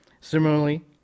Similarly